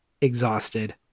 exhausted